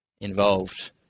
involved